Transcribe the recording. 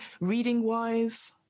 reading-wise